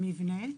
למבנה.